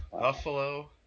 Buffalo